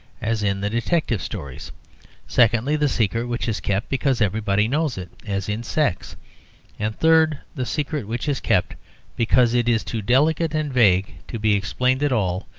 as in the detective stories secondly, the secret which is kept because everybody knows it, as in sex and third, the secret which is kept because it is too delicate and vague to be explained at all,